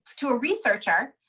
to a researcher,